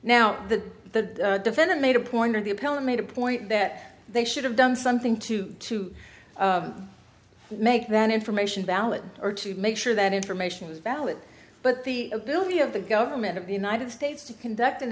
now that the defendant made a point or the appellate made a point that they should have done something to to make that information valid or to make sure that information was valid but the ability of the government of the united states to conduct an